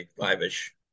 five-ish